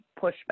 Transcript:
pushback